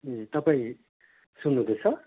तपाईँ सुन्नु हुँदैछ